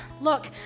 Look